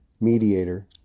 Mediator